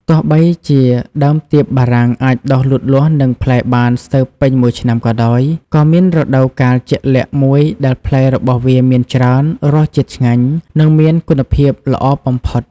ទោះបីជាដើមទៀបបារាំងអាចដុះលូតលាស់ និងផ្លែបានស្ទើរពេញមួយឆ្នាំក៏ដោយ ក៏មានរដូវកាលជាក់លាក់មួយដែលផ្លែរបស់វាមានច្រើន រសជាតិឆ្ងាញ់ និងមានគុណភាពល្អបំផុត។